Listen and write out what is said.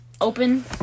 open